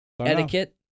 etiquette